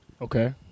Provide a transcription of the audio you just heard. Okay